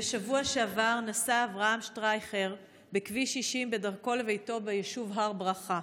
בשבוע שעבר נסע אברהם שטרייכר בכביש 60 בדרכו לביתו ביישוב הר ברכה.